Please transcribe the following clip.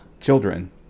children